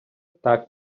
так